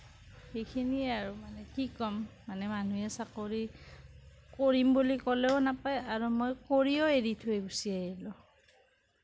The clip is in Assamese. সেইখিনিয়েই আৰু মানে কি ক'ম মানে মানুহে চাকৰি কৰিম বুলি ক'লেও নাপায় আৰু মই কৰিও এৰি থৈ গুচি আহিলোঁ